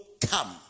come